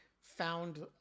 found